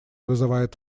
вызывает